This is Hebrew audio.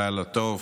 לילה טוב,